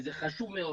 וזה חשוב מאוד,